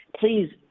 please